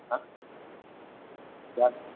जालें